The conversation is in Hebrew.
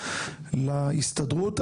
להסתדרות.